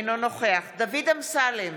אינו נוכח דוד אמסלם,